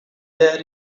there